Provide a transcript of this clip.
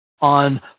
on